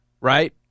right